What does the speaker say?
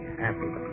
happy